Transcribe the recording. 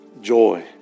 joy